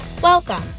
Welcome